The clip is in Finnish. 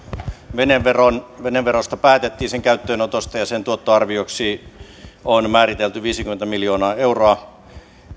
veneveron veneveron käyttöönotosta päätettiin ja sen tuottoarvioksi on määritelty viisikymmentä miljoonaa euroa